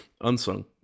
unsung